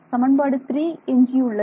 சமன்பாடு 3 எஞ்சியுள்ளது